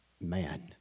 Man